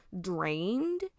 drained